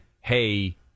hey